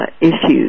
issues